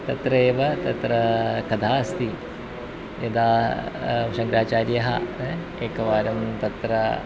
तत्र एव तत्र कदा अस्ति यदा शङ्काचार्यः एकवारं तत्र